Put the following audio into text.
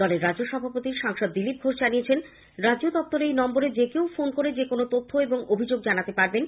দলের রাজ্য সভাপতি ও সাংসদ দিলীপ ঘোষ জানিয়েছেন দলের রাজ্য দপ্তরে এই নম্বরে যে কেউ ফোন করে যেকোনো তথ্য এবং অভিযোগ জানাতে পারবেন